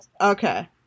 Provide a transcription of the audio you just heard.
Okay